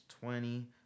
twenty